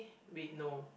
wait no